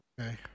okay